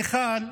מיכל,